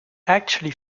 actually